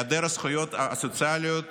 והיעדר הזכויות הסוציאליות